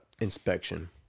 inspection